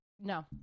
no